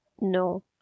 No